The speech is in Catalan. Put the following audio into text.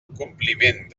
compliment